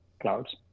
clouds